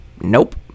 Nope